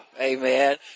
amen